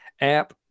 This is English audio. App